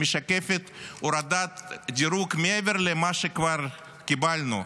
שמשקפת הורדת דירוג מעבר למה שכבר קיבלנו,